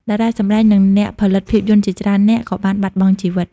តារាសម្ដែង និងអ្នកផលិតភាពយន្តជាច្រើននាក់ក៏បានបាត់បង់ជីវិត។